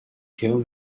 tell